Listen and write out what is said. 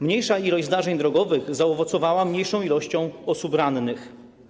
Mniejsza liczba zdarzeń drogowych zaowocowała mniejszą liczbą osób rannych.